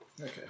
Okay